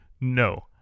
no